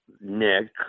Nick